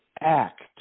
act